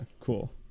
cool